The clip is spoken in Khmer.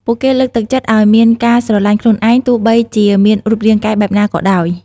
ពួកគេលើកទឹកចិត្តឲ្យមានការស្រលាញ់ខ្លួនឯង ទោះបីជាមានរូបរាងកាយបែបណាក៏ដោយ។